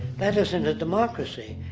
that isn't a democracy.